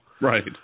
Right